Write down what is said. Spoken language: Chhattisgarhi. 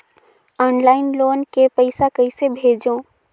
ऑनलाइन लोन के पईसा कइसे भेजों?